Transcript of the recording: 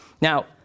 Now